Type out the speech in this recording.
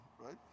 right